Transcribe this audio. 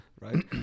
right